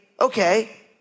okay